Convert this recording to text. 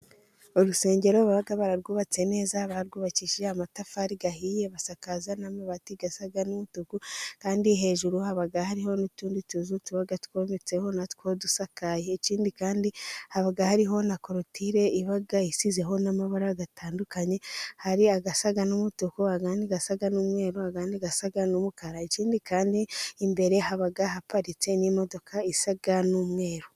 Urusengero baba bararwubatse neza barwubakishije amatafari ahiye, basakaza n'amabati asa n'umutuku, kandi hejuru haba hariho n'utundi tuzu tuba twometseho na two dusakaye, ikindi kandi haba hariho na korotire iba isizeho n'amabara atandukanye, hari asa n'umutuku ayandi asa n'umweru ayandi asa n'umukara ikindi kandi imbere haba haparitse n'imodoka isa n'umweru.